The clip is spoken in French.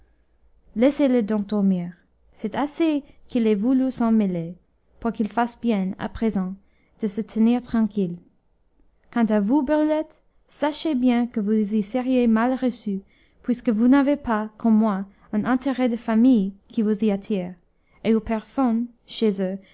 laissez-le donc dormir c'est assez qu'il ait voulu s'en mêler pour qu'il fasse bien à présent de se tenir tranquille quant à vous brulette sachez bien que vous y seriez mal reçue puisque vous n'avez pas comme moi un intérêt de famille qui vous y attire et où personne chez eux